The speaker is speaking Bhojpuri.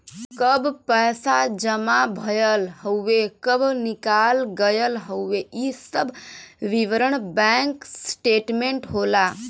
कब पैसा जमा भयल हउवे कब निकाल गयल हउवे इ सब विवरण बैंक स्टेटमेंट होला